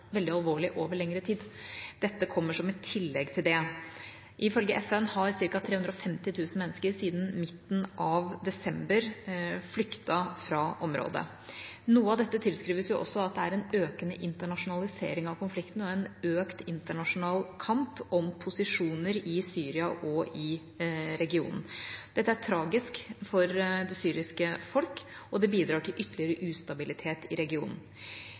veldig alvorlig over lengre tid. Dette kommer som et tillegg til det. Ifølge FN har ca. 350 000 mennesker siden midten av desember flyktet fra området. Noe av dette tilskrives at det er en økende internasjonalisering av konflikten og en økt internasjonal kamp om posisjoner i Syria og i regionen. Dette er tragisk for det syriske folk, og det bidrar til ytterligere ustabilitet i regionen.